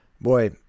boy